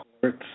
courts